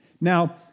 Now